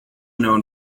known